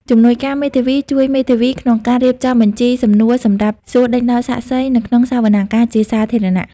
ជំនួយការមេធាវីជួយមេធាវីក្នុងការរៀបចំបញ្ជីសំណួរសម្រាប់សួរដេញដោលសាក្សី នៅក្នុងសវនាការជាសាធារណៈ។